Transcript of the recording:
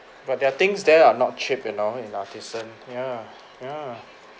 but their things there are not cheap you know in artisan ya ya